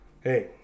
Hey